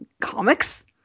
comics